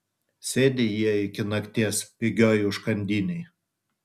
sėdi jie iki nakties pigioj užkandinėj